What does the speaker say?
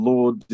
Lord